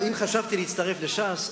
אם חשבתי להצטרף לש"ס,